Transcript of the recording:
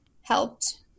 helped